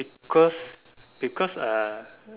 because because uh